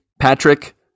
Patrick